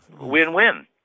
Win-win